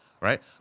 right